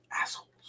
assholes